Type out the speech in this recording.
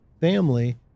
family